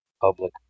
Public